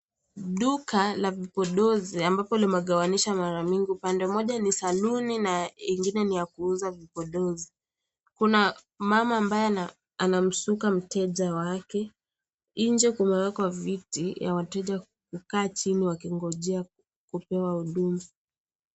Duka la vipodozi ambapo limegawishwa mara mingi, upande moja ni saluni na ingine ni ya kuuza vipodizi, kuna mama ambaye anamsuka mteja wake. Nje kumewekwa viti vya wateja kukaa chini wakingoja kupewa huduma.